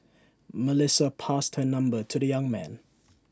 Melissa passed her number to the young man